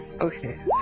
Okay